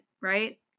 Right